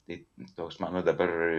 tai toks mano dabar